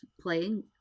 playing